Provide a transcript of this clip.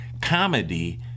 comedy